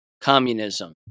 Communism